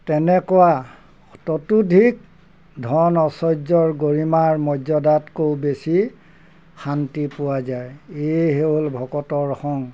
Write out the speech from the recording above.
তেনেকুৱা তাতুধিক ধন আশ্চৰ্যৰ গৰিমাৰ মৰ্যাদাতকৈও বেছি শান্তি পোৱা যায় এই হ'ল ভকতৰ সং